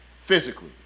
physically